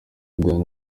diana